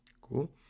Cool